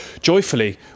joyfully